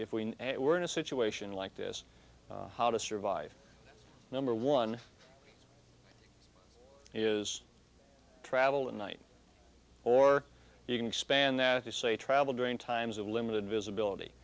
if we were in a situation like this how to survive number one is travel in night or you can expand that to say travel during times of limited visibility